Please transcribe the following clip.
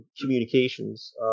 communications